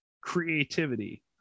creativity